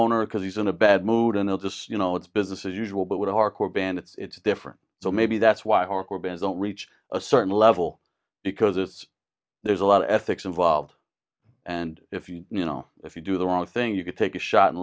owner because he's in a bad mood and they're just you know it's business as usual but with a hardcore band it's different so maybe that's why hardcore bands on reach a certain level because there's a lot of ethics involved and if you you know if you do the wrong thing you could take a shot and